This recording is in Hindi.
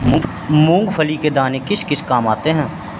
मूंगफली के दाने किस किस काम आते हैं?